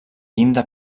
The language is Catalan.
llinda